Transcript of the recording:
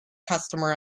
customer